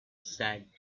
said